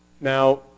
Now